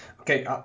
Okay